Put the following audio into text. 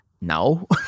no